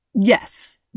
yes